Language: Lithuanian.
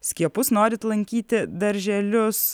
skiepus norit lankyti darželius